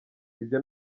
ibyo